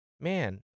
Man